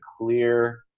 clear